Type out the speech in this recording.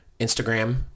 Instagram